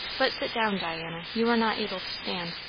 but sit down, diana you are not able to stand.